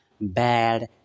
bad